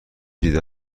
دیده